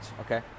okay